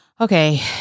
Okay